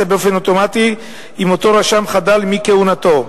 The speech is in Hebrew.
באופן אוטומטי אם אותו רשם חדל מכהונתו.